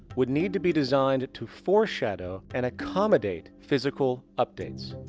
would need to be designed to foreshadow and accommodate physical updates.